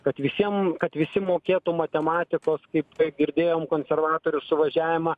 kad visiem kad visi mokėtų matematikos kaip girdėjom konservatorių suvažiavimą